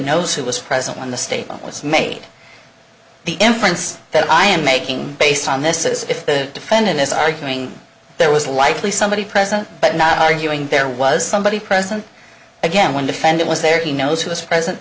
knows who was present when the statement was made the inference that i am making based on this as if the defendant is arguing there was likely somebody present but not arguing there was somebody present again when defendant was there he knows who was present